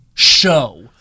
Show